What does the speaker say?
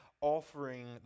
offering